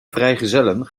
vrijgezellen